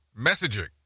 messaging